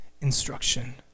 instruction